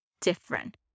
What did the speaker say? different